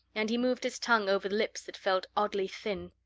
and he moved his tongue over lips that felt oddly thin.